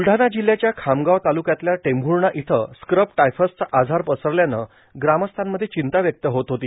ब्रलढाणा जिल्हयाच्या खामगाव तालुक्यातल्या टेंभूर्णा इथं स्क्रब टायफसचा आजार पसरल्यानं ग्रामस्थांमध्ये चिंता व्यक्त होत होती